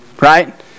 right